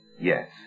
yes